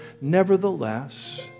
Nevertheless